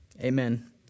amen